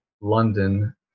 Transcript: London